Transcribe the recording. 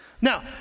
Now